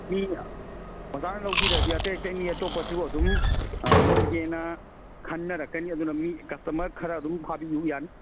ꯃꯤ ꯑꯣꯖꯥꯅ ꯂꯧꯕꯤꯔꯗꯤ ꯑꯇꯩ ꯑꯇꯩ ꯃꯤ ꯑꯇꯣꯞꯄꯁꯨ ꯑꯗꯨꯝ ꯂꯧꯒꯦꯅ ꯈꯟꯅꯔꯛꯀꯅꯤ ꯑꯗꯨꯅ ꯃꯤ ꯀꯁꯇꯃꯔ ꯈꯔ ꯑꯗꯨꯝ ꯐꯥꯕꯤꯎ ꯌꯥꯅꯤ